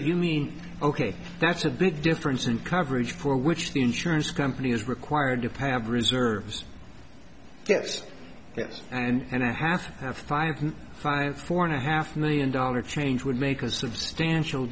you mean ok that's a big difference in coverage for which the insurance company is required to pad reserves yes yes and i have have five five four and a half million dollar change would make a substantial